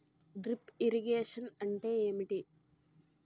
Drip irrigation అంటే ఏమిటి?